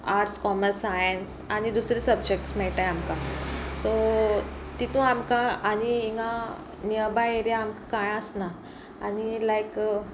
arts commerce science आनी दुसरे subjects मेळटा आमकां सो तितू आमकां आनी हिंगा नियरबाय एरिया आमकां कांय आसना आनी लायक